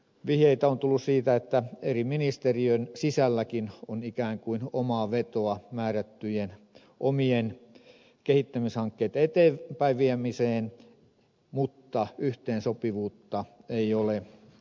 vihjeitä on tullut siitä että eri ministeriöiden sisälläkin on ikään kuin omaa vetoa määrättyjen omien kehittämishankkeitten eteenpäinviemiseen mutta yhteensopivuutta ei ole